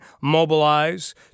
mobilize